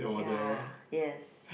ya yes